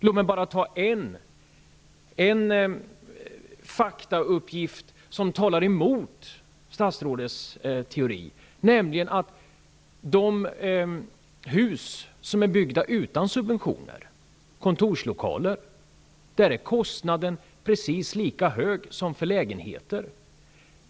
Låt mig bara ta en faktauppgift som talar emot statsrådets teori. De hus som har byggts utan subventioner, kontorslokaler, drar en kostnad som är precis lika hög som den för lägenheter.